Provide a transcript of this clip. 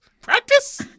practice